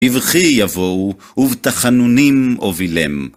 בבכי יבואו ובתחנונים אובילם.